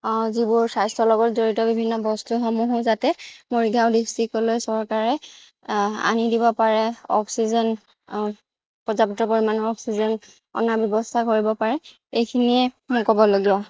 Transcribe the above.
যিবোৰ স্বাস্থ্যৰ লগত জড়িত বিভিন্ন বস্তুসমূহো যাতে মৰিগাঁও ডিষ্ট্ৰিকলৈ চৰকাৰে আনি দিব পাৰে অক্সিজেন পৰ্যাপ্ত পৰিমাণৰ অক্সিজেন অনাৰ ব্যৱস্থা কৰিব পাৰে এইখিনিয়ে মোৰ ক'বলগীয়া